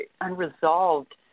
unresolved